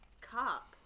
Cop